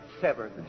severed